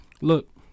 Look